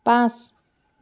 পাঁচ